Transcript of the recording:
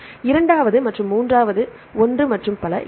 இங்கே இது இரண்டாவது மற்றும் மூன்றாவது ஒன்று மற்றும் பல